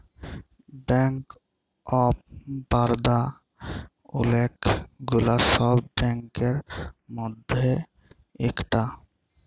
bank of Baroda ওলেক গুলা সব ব্যাংকের মধ্যে ইকটা